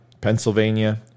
Pennsylvania